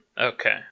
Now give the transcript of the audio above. okay